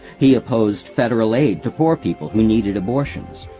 he opposed federal aid to poor people who needed abortions,